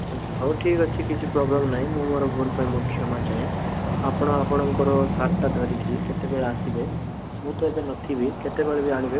ଆଚ୍ଛା ହଉ ଠିକ୍ ଅଛି କିଛି ପ୍ରୋବ୍ଲେମ୍ ନାହିଁ ମୁଁ ମୋର ଭୁଲ ପାଇଁ ମୁଁ କ୍ଷମା ଚାହେଁ ଆପଣ ଆପଣଙ୍କର ସାର୍ଟଟା ଧରିକି କେତେବେଳେ ଆସିବେ ମୁଁ ତ ଏବେ ନଥିବି କେତେବେଳେ ବି ଆଣିବେ